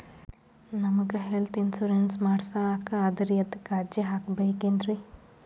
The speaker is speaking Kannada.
ನಮಗ ಹೆಲ್ತ್ ಇನ್ಸೂರೆನ್ಸ್ ಮಾಡಸ್ಲಾಕ ಅದರಿ ಅದಕ್ಕ ಅರ್ಜಿ ಹಾಕಬಕೇನ್ರಿ?